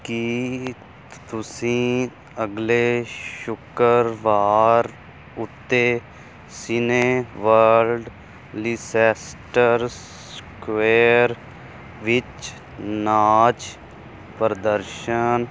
ਕੀ ਤੁਸੀਂ ਅਗਲੇ ਸ਼ੁੱਕਰਵਾਰ ਉੱਤੇ ਸਿਨੇਵਰਲਡ ਲੇਇਸੇਸਟਰ ਸਕੁਆਇਰ ਵਿੱਚ ਨਾਚ ਪ੍ਰਦਰਸ਼ਨ